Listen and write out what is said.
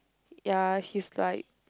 ya he's like